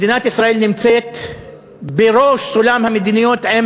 מדינת ישראל נמצאת בראש סולם מדינות ה-OECD